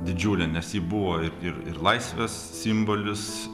didžiulę nes ji buvo ir ir ir laisvės simbolis